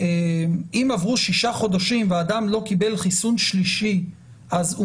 שאם עברו שישה חודשים ואדם לא קיבל חיסון שלישי אז הוא